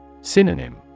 Synonym